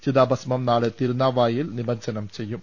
ചിതാഭസ്മം നാളെ തിരുന്നാവായയിൽ നിമജ്ജനം ചെയ്യും